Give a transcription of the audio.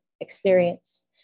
experience